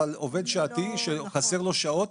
אבל עובד שעתי שחסרות לו שעות,